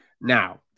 Now